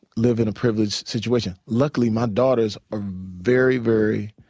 living in a privileged situation. luckily, my daughters are very, very